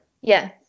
Yes